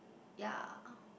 ya